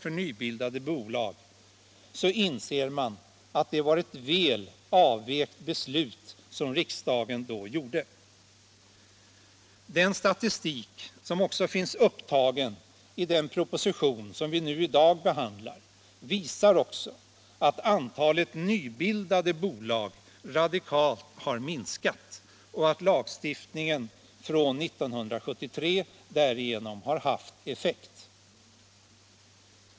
för nybildade bolag inser man att det var ett väl avvägt beslut som riksdagen då fattade. Den statistik som finns upptagen i den proposition som vi i dag behandlar visar också att antalet nybildade bolag radikalt har minskat och att lagstiftningen från 1973 därigenom har haft effekt.